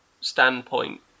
standpoint